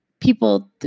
people